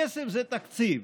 כסף זה תקציב.